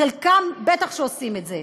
חלקם בטח שעושים את זה.